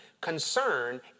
concern